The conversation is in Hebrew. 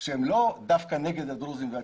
שהם לא דווקא נגד הדרוזים והצ'רקסים,